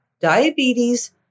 diabetes